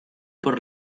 por